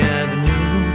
avenue